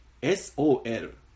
S-O-L